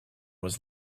was